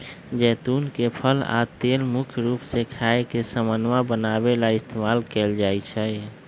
जैतुन के फल आ तेल मुख्य रूप से खाए के समान बनावे ला इस्तेमाल कएल जाई छई